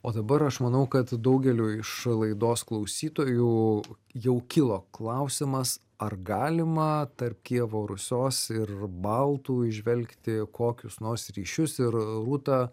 o dabar aš manau kad daugeliui iš laidos klausytojų jau kilo klausimas ar galima tarp kijevo rusios ir baltų įžvelgti kokius nors ryšius ir rūta